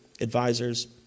advisors